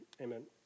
amen